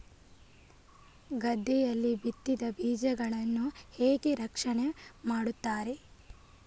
ಗದ್ದೆಯಲ್ಲಿ ಬಿತ್ತಿದ ಬೀಜಗಳನ್ನು ಹೇಗೆ ರಕ್ಷಣೆ ಮಾಡುತ್ತಾರೆ?